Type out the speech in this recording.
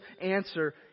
answer